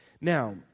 Now